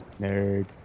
Nerd